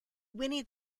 winnie